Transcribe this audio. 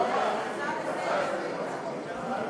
ההצעה להפוך